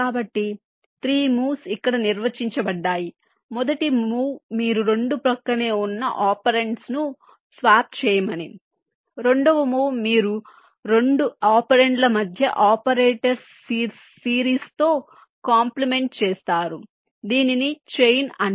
కాబట్టి 3 మూవ్స్ ఇక్కడ నిర్వచించబడ్డాయి మొదటి మూవ్ మీరు రెండు ప్రక్కనే ఉన్న ఒపెరాండ్లను స్వాప్ చేయమని రెండవ మూవ్ మీరు రెండు ఒపెరాండ్ల మధ్య ఆపరేటర్ల సిరీస్ తో కాంప్లిమెంట్చేస్తారు దీనిని చైన్ అంటారు